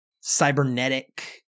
cybernetic